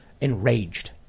enraged